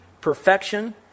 perfection